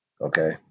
Okay